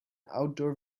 outdoor